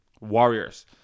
Warriors